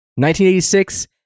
1986